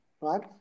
right